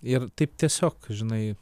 ir taip tiesiog žinai